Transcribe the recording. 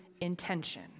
intention